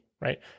Right